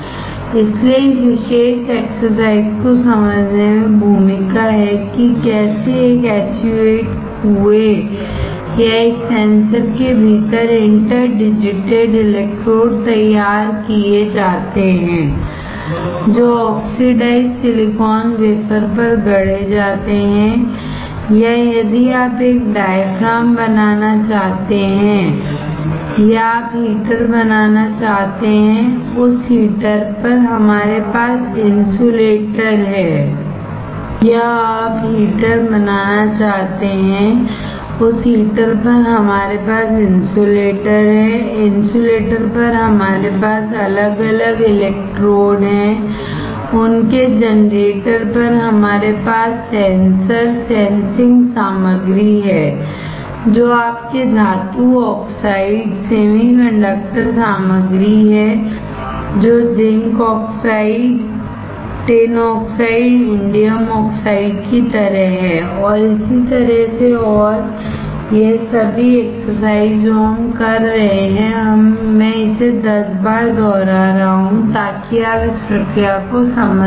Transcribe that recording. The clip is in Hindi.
इसलिए इस विशेष एक्सरसाइज को समझने में भूमिका है कि कैसे एक SU 8 कुएं या एक सेंसर के भीतर इंटर डिजिटेड इलेक्ट्रोड तैयार किए जाते हैं जो ऑक्सीडाइज्ड सिलिकॉन वेफरपर गढ़े जाते हैं या यदि आप एक डायाफ्राम बनाना चाहते हैं या आप हीटर बनाना चाहते हैंउस हीटर पर हमारे पास इन्सुलेटर है इन्सुलेटर पर हमारे पास अलग अलग इलेक्ट्रोड हैं उनके जनरेटर पर हमारे पास सेंसर सेंसिंग सामग्री है जो आपके धातु ऑक्साइड सेमीकंडक्टर सामग्री है जो zinc oxide tin oxide indium oxide की तरह है और इसी तरह से और यह सभी एक्सरसाइज जो हम कर रहे हैं मैं इसे 10 बार दोहरा रहा हूं ताकि आप इस प्रक्रिया को समझ सकें